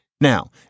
Now